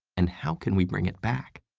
and how can we bring it back?